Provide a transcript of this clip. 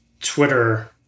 Twitter